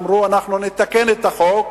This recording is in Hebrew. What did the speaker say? אמרו: אנחנו נתקן את החוק,